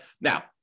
Now